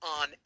on